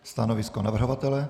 Stanovisko navrhovatele?